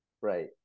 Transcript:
right